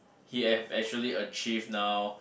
he have actually achieve now